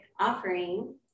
offering